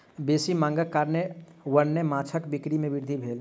बेसी मांगक कारणेँ वन्य माँछक बिक्री में वृद्धि भेल